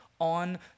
on